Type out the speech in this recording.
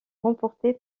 remportée